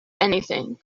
anything